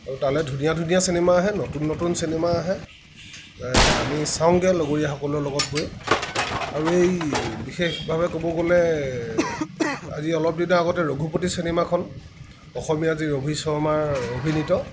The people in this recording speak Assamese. আৰু তালৈ ধুনীয়া ধুনীয়া চিনেমা আহে নতুন নতুন চিনেমা আহে আমি চাওঁগৈ লগৰীয়া সকলৰ লগত গৈ আৰু এই বিশেষভাৱে ক'ব গ'লে আজি অলপ দিনৰ আগতে ৰঘুপতি চিনেমাখন অসমীয়া যি ৰবি শৰ্মা অভিনীত